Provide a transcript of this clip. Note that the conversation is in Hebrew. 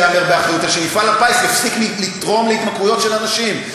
שמפעל הפיס יפסיק לתרום להתמכרויות של אנשים.